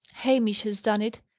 hamish has done it!